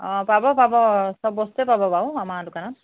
অ পাব পাব সব বস্তুৱে পাব বাৰু আমাৰ দোকানত